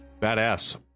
Badass